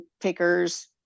takers